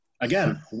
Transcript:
again